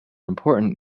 important